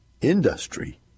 industry